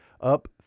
up